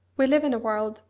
we live in a world,